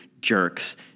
jerks